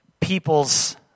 people's